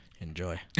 enjoy